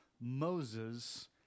Moses